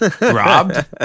Robbed